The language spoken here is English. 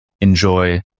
enjoy